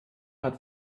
hat